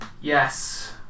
Yes